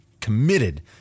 committed